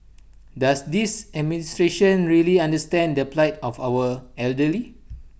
does this administration really understand the plight of our elderly